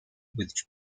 with